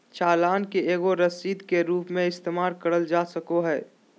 चालान के एगो रसीद के रूप मे इस्तेमाल करल जा सको हय